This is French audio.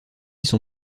son